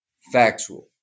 factual